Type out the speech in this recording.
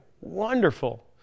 wonderful